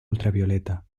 ultravioleta